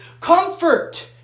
comfort